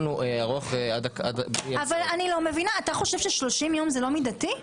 הוא ארוך עד --- אתה חשוב ששלושים יום זה לא מדתי?